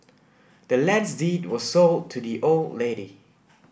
the land's deed was sold to the old lady